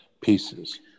pieces